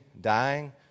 dying